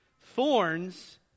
Thorns